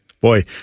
boy